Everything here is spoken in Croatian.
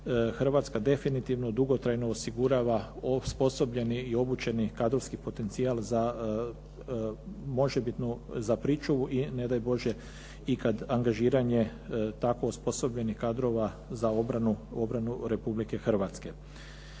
Hrvatska definitivno dugotrajno osigurava osposobljeni i obučeni kadrovski potencijal za možebitnu, za pričuvu i ne daj Bože ikad angažiranje tako osposobljenih kadrova za obranu Republike Hrvatske.